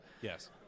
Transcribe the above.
Yes